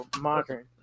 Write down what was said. modern